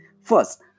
First